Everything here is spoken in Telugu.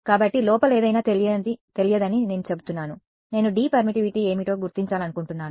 కాబట్టి లోపల ఏదైనా తెలియదని నేను చెబుతున్నాను నేను D పర్మిటివిటీ ఏమిటో గుర్తించాలనుకుంటున్నాను